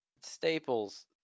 staples